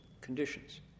conditions